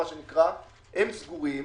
הם סגורים.